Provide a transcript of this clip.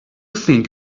think